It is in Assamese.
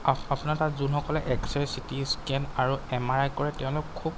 আ আপোনাৰ তাত যোনসকলে এক্স ৰে' চিটি স্কেন আৰু এম আৰ আই কৰে তেওঁলোক খুব